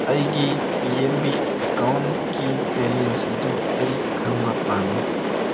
ꯑꯩꯒꯤ P N B ꯑꯦꯀꯥꯎꯟꯀꯤ balance ꯑꯗꯨ ꯑꯩ ꯈꯪꯕ ꯄꯥꯝꯃꯤ